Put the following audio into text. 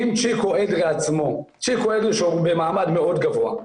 אם צ'יקו אדרי עצמו, שהוא במעמד מאוד גבוה,